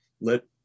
let